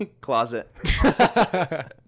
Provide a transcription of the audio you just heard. closet